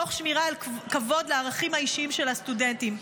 תוך שמירה על כבוד לערכים אישיים של הסטודנטים.